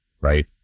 right